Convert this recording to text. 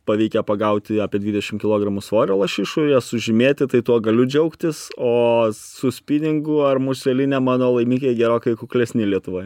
pavykę pagauti apie dvidešim kilogramų svorio lašišų jas sužymėti tai tuo galiu džiaugtis o su spiningu ar museline mano laimikiai gerokai kuklesni lietuvoj